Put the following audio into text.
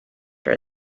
her